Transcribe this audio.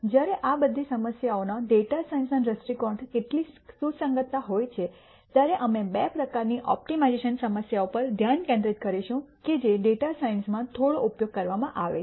જ્યારે આ બધી સમસ્યાઓનો ડેટા સાયન્સના દ્રષ્ટિકોણથી કેટલીક સુસંગતતા હોય છે ત્યારે અમે બે પ્રકારની ઓપ્ટિમાઇઝેશન સમસ્યાઓ પર ધ્યાન કેન્દ્રિત કરીશું જે ડેટા સાયન્સમાં થોડો ઉપયોગ કરવામાં આવે છે